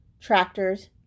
tractors